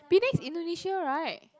Penang is Indonesia right